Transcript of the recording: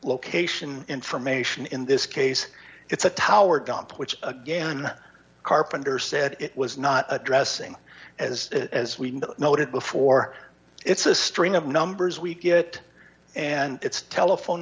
location information in this case it's a tower gump which again carpenter said it was not addressing as as we've noted before it's a string of numbers we get and it's telephone